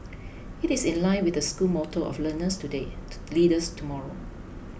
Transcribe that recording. it is in line with the school motto of learners today leaders tomorrow